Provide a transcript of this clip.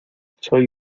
soy